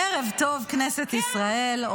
ערב טוב, כנסת ישראל.